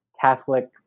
Catholic